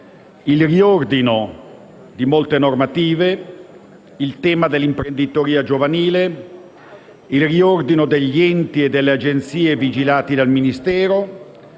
e riordino di molte normative, il tema dell' imprenditoria giovanile, il riordino degli enti e delle agenzie vigilati dal Ministero,